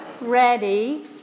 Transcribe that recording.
ready